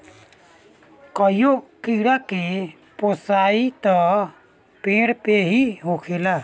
कईगो कीड़ा के पोसाई त पेड़ पे ही होखेला